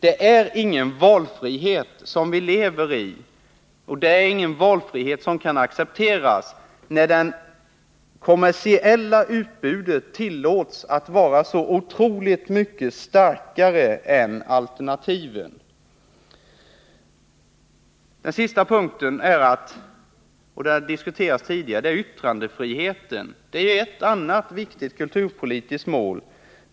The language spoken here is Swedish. Det är ingen valfrihet vi lever i, ingen valfrihet som kan accepteras när det kommersiella utbudet tillåtes att vara så otroligt mycket starkare än alternativen. Den sista punkten — och den har diskuterats tidigare — gäller yttrandefriheten, ett annat viktigt kulturpolitiskt mål.